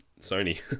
Sony